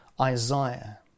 Isaiah